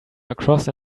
across